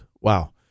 wow